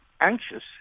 anxious